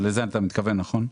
לזה אתה מתכוון, נכון?